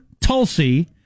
Tulsi